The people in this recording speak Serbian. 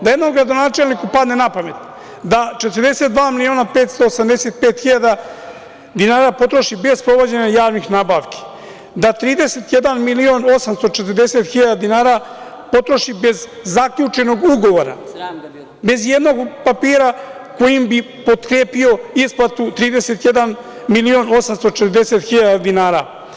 Da jednom gradonačelniku padne napamet da 42.585.000 dinara potroši bez sprovođenja javnih nabavki, da 31.840.000 dinara potroši bez zaključenog ugovora, bez ijednog papira kojim bi potkrepio isplatu 31.840.000 dinara.